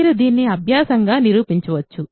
మీరు దీన్ని అభ్యాసం గా నిరూపించవచ్చు